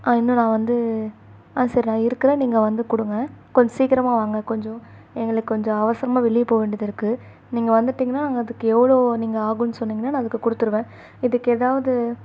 ஆ இன்னும் நான் வந்து ஆ சரி நான் இருக்கிறேன் நீங்கள் வந்து கொடுங்க கொஞ்சம் சீக்கிரமாக வாங்க கொஞ்சம் எங்களுக்கு கொஞ்சம் அவசரமாக வெளியே போக வேண்டியதிருக்குது நீங்கள் வந்துட்டிங்கன்னால் நாங்கள் அதுக்கு எவ்வளோ நீங்கள் ஆகும்னு சொன்னீங்கன்னால் நான் அதுக்கு கொடுத்துருவேன் இதுக்கு ஏதாவது